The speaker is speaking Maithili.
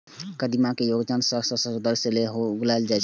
कदीमा कें भोजनक संग संग सौंदर्य लेल सेहो उगायल जाए छै